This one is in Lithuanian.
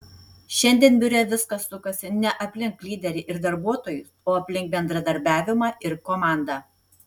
šiandien biure viskas sukasi ne aplink lyderį ir darbuotojus o aplink bendradarbiavimą ir komandą